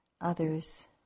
others